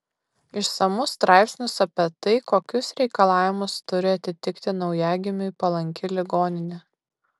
išsamus straipsnis apie tai kokius reikalavimus turi atitikti naujagimiui palanki ligoninė